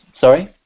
Sorry